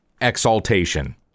exaltation